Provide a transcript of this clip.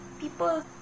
people